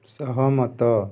ସହମତ